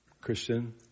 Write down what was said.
Christian